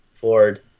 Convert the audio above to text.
Ford